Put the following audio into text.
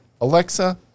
Alexa